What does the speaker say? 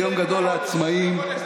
הפלתם את זה לפני חודש.